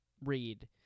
read